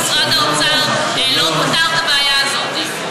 משרד האוצר לא פתר את הבעיה הזאת?